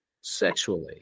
sexually